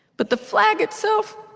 but the flag itself.